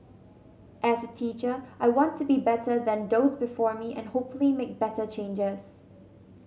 as a teacher I want to be better than those before me and hopefully make better changes